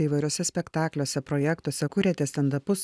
įvairiuose spektakliuose projektuose kūrėte standupus